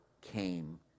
came